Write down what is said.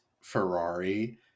Ferrari